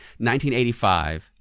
1985